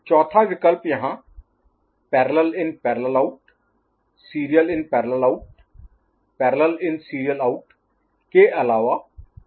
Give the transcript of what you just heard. चौथा विकल्प यहां PIPO SIPO PISO के अलावा सीरियल इन सीरियल आउट है